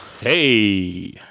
Hey